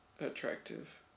attractive